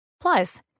Plus